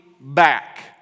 back